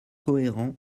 cohérent